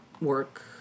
work